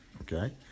Okay